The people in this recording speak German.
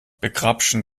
begrapschen